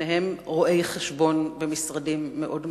שניהם רואי-חשבון במשרדים מאוד מצליחים,